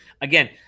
again